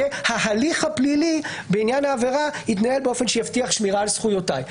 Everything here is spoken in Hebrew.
שההליך הפלילי בעניין העבירה יתנהל באופן שיבטיח שמירה על זכויותיי.